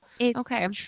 Okay